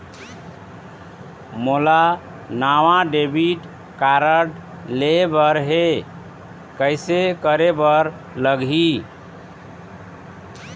मोला नावा debit card लेबर हे, कइसे करे बर लगही?